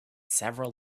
several